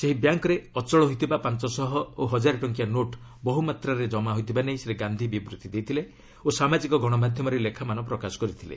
ସେହି ବ୍ୟାଙ୍କ୍ରେ ଅଚଳ ହୋଇଥିବା ପାଞ୍ଚ ଶହ ଓ ହଜାରେ ଟଙ୍କିଆ ନୋଟ୍ ବହୁମାତ୍ରାରେ ଜମା ହୋଇଥିବା ନେଇ ଶ୍ରୀ ଗାନ୍ଧି ବିବୃତ୍ତି ଦେଇଥିଲେ ଓ ସାମାଜିକ ଗଶମାଧ୍ୟମରେ ଲେଖାମାନ ପ୍ରକାଶ କରିଥିଲେ